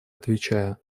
отвечая